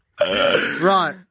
Right